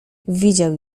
widział